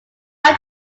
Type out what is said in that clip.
are